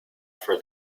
for